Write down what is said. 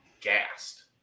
gassed